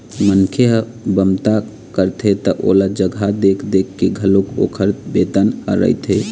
मनखे ह बमता करथे त ओला जघा देख देख के घलोक ओखर बेतन ह रहिथे